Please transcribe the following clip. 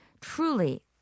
truly